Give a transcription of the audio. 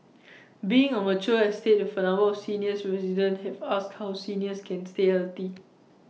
being A mature estate with A number of seniors residents have asked how seniors can stay healthy